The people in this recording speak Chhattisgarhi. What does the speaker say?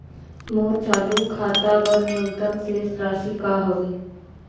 मोर चालू खाता बर न्यूनतम शेष राशि का हवे?